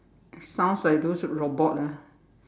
sounds like those robot ah